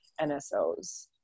NSOs